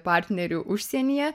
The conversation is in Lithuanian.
partnerių užsienyje